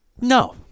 No